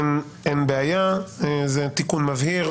אין בעיה, זה תיקון מבהיר.